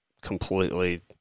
completely